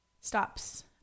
stops